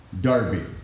Darby